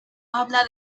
habla